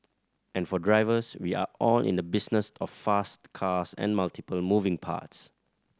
and for drivers we are all in the business of fast cars and multiple moving parts